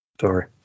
Sorry